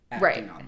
right